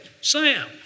Sam